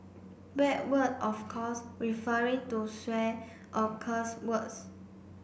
bad word of course referring to swear or curse words